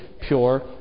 pure